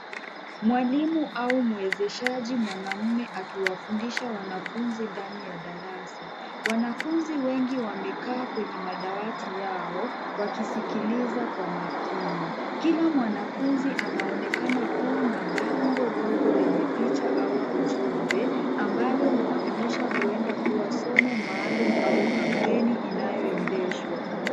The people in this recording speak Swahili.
Mwalimu au mwezeshaji mwanaume akiwafundisha wanafunzi ndani ya darasa. Wanafunzi wengi wamekaa kwenye madawati yao, wakisikiliza kwa makini. Kila mwanafunzi anaonekana kuwa na bango dogo lenye picha au ujumbe, ambalo linaonyesha huenda kuwa somo maalum au kampeni inayoendeshwa.